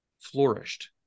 flourished